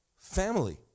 Family